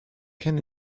can